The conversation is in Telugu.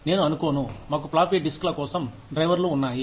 నేను అనుకోను మాకు ఫ్లాపీ డిస్క్ ల కోసం డ్రైవర్లు ఉన్నాయి